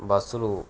బస్సులు